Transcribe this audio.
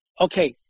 okay